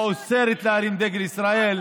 אוסרת להרים דגל ישראל.